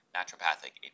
Naturopathic